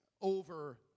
over